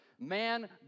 Man